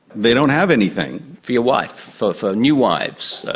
they don't have anything. for your wife, for new wives?